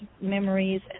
memories